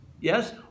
yes